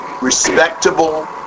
respectable